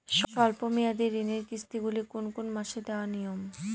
স্বল্প মেয়াদি ঋণের কিস্তি গুলি কোন কোন মাসে দেওয়া নিয়ম?